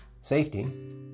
safety